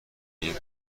این